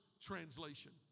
translation